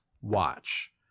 watch